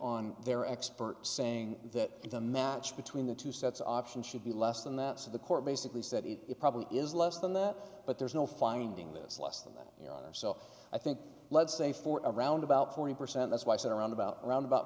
on their expert saying that in the match between the two sets option should be less than that so the court basically said it probably is less than that but there's no finding this less than that your honor so i think let's say for around about forty percent that's why sit around about around about